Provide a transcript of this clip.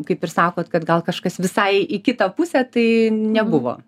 kaip ir sakot kad gal kažkas visai į kitą pusę tai nebuvo